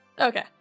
Okay